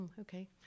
Okay